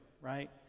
right